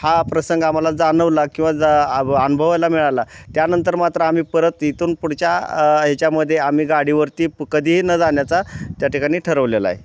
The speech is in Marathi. हा प्रसंग आम्हाला जाणवला किंवा जा अनुभवायला मिळाला त्यानंतर मात्र आम्ही परत इथून पुढच्या याच्यामध्ये आम्ही गाडीवरती कधीही न जाण्याचा त्या ठिकाणी ठरवलेला आहे